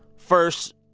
first,